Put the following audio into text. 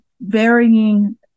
varying